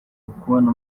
ukubona